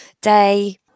day